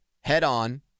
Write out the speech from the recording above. head-on